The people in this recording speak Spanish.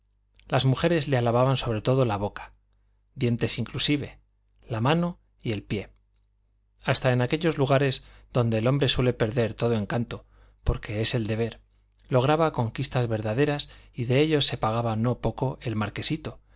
las mujeres le alababan sobre todo la boca dientes inclusive la mano y el pie hasta en aquellos lugares donde el hombre suele perder todo encanto porque es el deber lograba conquistas verdaderas y de ello se pagaba no poco el marquesito